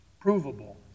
provable